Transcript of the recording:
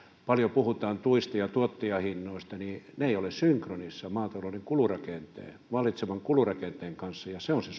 paljon puhutaan tuista ja tuottajahinnoista niin ne eivät ole synkronissa maatalouden vallitsevan kulurakenteen kanssa ja se on se